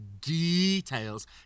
details